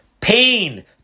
pain